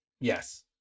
Yes